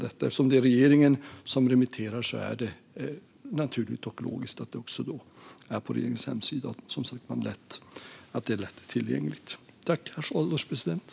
Eftersom det är regeringen som remitterar är det naturligt och logiskt att detta ligger lättillgängligt på regeringens hemsida.